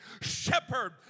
shepherd